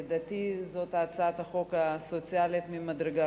לדעתי היא הצעת חוק סוציאלית מהמדרגה